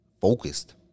focused